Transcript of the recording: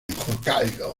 hokkaido